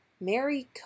Mary